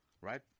right